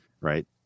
right